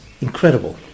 incredible